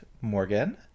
Morgan